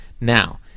Now